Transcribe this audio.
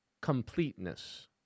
Completeness